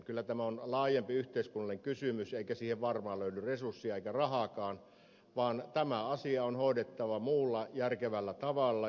kyllä tämä on laajempi yhteiskunnallinen kysymys eikä siihen varmaan löydy resursseja eikä rahaakaan vaan tämä asia on hoidettava muulla järkevällä tavalla